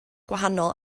gwahanol